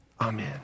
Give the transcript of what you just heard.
amen